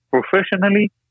professionally